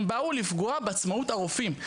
הם באו לפגוע בעצמאות הרופאים,